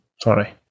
sorry